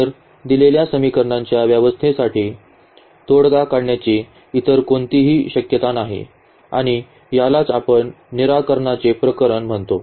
तर दिलेल्या समीकरणांच्या व्यवस्थेसाठी तोडगा काढण्याची इतर कोणतीही शक्यता नाही आणि यालाच आपण निराळे निराकरणाचे प्रकरण म्हणतो